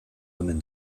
omen